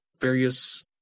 various